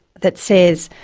that says,